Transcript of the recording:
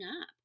up